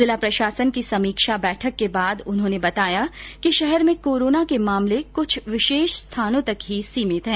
जिला प्रशासन की समीक्षा बैठक के बाद उन्होंने बताया कि शहर में कोरोना के मामले कछ विशेष स्थानों तक ही सीमित हैं